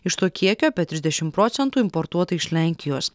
iš to kiekio apie trisdešim procentų importuota iš lenkijos